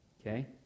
Okay